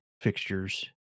fixtures